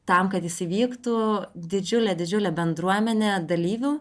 tam kad jis įvyktų didžiulė didžiulė bendruomenė dalyvių